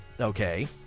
okay